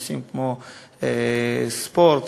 נושאים כמו ספורט.